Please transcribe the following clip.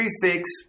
prefix